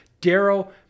Darrow